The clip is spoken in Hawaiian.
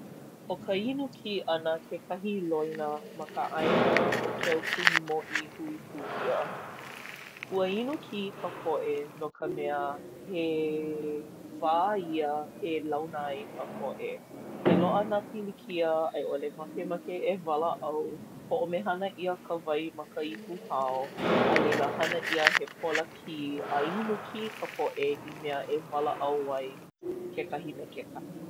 ʻO ka inu kī ʻana kekahi loina o ka ʻāina o ke Aupuni Mōʻī Hui Pū ʻIa. Ua inu kī ka poʻe no ka mea he wā ia e launa ai ka poʻe. Ke loaʻa nā pilikia a i ʻole makemake e walaʻau, hoʻomehana ʻia ka wai ma ka ipuhao a leila hana ʻia he pola kī, a inu kī ka poʻe i mea e walaʻau ai kekahi me kekahi.